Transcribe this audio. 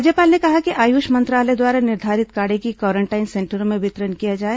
राज्यपाल ने कहा कि आयुष मंत्रालय द्वारा निर्धारित काढ़े का क्वारेंटाइन सेंटर में वितरण किया जाए